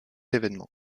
événement